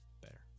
Better